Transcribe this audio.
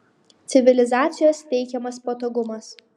civilizacijos teikiamas patogumas